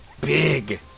big